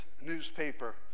newspaper